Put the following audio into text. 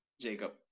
Jacob